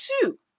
two